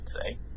say